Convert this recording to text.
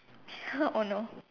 ya oh no